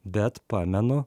bet pamenu